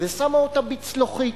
שמה אותה בצלוחית,